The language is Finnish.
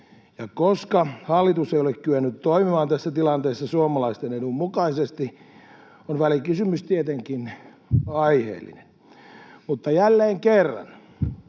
koska hallitus ei ole kyennyt toimimaan tässä tilanteessa suomalaisten edun mukaisesti, on välikysymys tietenkin aiheellinen, mutta jälleen kerran